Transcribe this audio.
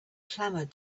clamored